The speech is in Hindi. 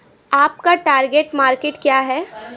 आपका टार्गेट मार्केट क्या है?